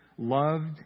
Loved